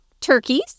turkeys